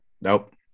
Nope